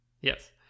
Yes